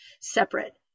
separate